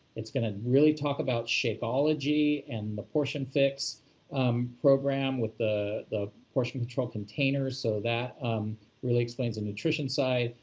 it's going to really talk about shakeology and the portion fix um program with the the portion-control containers. so that really explains the nutrition side.